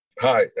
Hi